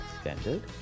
standard